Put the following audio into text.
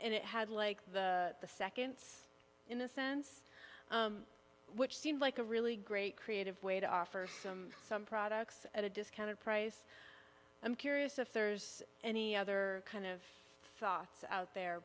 and it had like the seconds in a sense which seemed like a really great creative way to offer some some products at a discounted price i'm curious if there's any other kind of thoughts out there